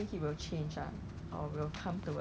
the C_C will control it